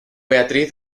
beatriz